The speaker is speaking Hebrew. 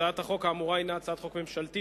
הצעת החוק האמורה הינה הצעת חוק ממשלתית,